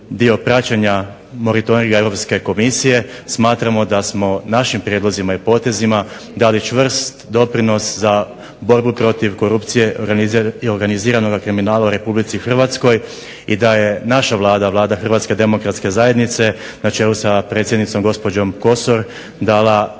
bio praćenja monitoringa Europske komisije, smatramo da smo našim prijedlozima i potezima dali čvrst doprinos za borbu protiv korupcije i organiziranog kriminala u RH i da je naša vlada, vlada HDZ-a na čelu sa predsjednicom gospođom Kosor dala